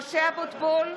משה אבוטבול,